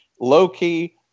low-key